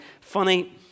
funny